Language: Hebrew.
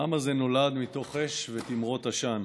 העם הזה נולד מתוך אש ותימרות עשן,